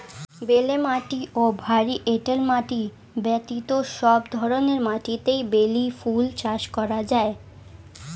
বেলে মাটি ও ভারী এঁটেল মাটি ব্যতীত সব ধরনের মাটিতেই বেলি ফুল চাষ করা যায়